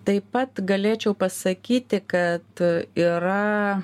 taip pat galėčiau pasakyti kad yra